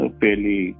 fairly